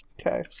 Okay